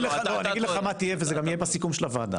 אני אגיד לך מה יהיה וזה יהיה גם בסיכום הוועדה,